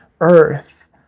earth